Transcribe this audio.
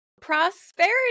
prosperity